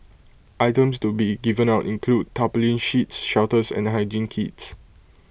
items to be given out include tarpaulin sheets shelters and hygiene kits